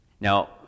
Now